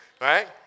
right